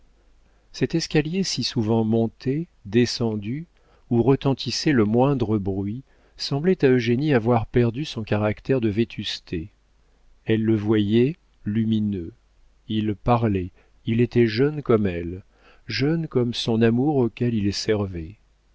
cet escalier si souvent monté descendu où retentissait le moindre bruit semblait à eugénie avoir perdu son caractère de vétusté elle le voyait lumineux il parlait il était jeune comme elle jeune comme son amour auquel il servait